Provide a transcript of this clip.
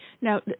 Now